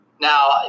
now